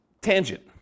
tangent